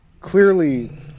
Clearly